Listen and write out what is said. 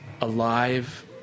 alive